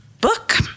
Book